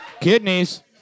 Kidneys